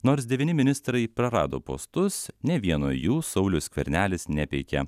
nors devyni ministrai prarado postus ne vieno jų saulius skvernelis nepeikė